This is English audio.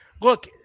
look